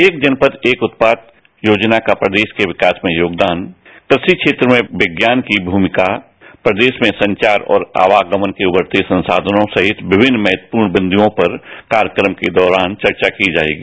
एक जनपद एक उत्पाद योजना का प्रदेश के विकास में योगदान क्रषि क्षेत्र में विज्ञान की भूमिका प्रदेश में आवागमन और संचार के बढ़ते साधनों सहित विभिन्न महत्वपूर्ण बिंदुओं पर कार्यक्रम के दौरान चर्चा की जाएगी